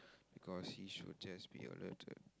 because he should just be alert